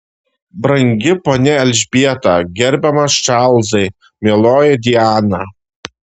brangi ponia elžbieta gerbiamas čarlzai mieloji diana